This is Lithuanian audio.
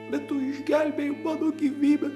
bet tu išgelbėjai mano gyvybę